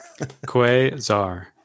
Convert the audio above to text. Quasar